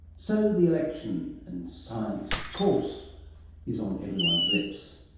so, the election, and science of course is on everyone's lips.